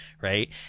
right